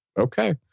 okay